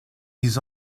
ils